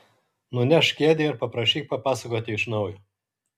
nunešk kėdę ir paprašyk papasakoti iš naujo